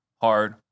hard